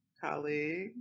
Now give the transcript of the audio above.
colleague